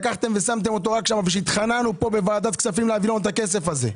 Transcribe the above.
ושמתם אותו רק שם וכשהתחננו פה בוועדת הכספים להביא את הכסף הזה.